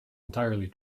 entirely